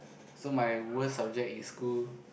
so my worst subject in school